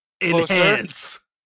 Enhance